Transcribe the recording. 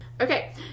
Okay